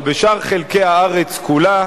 אבל בשאר חלקי הארץ כולה,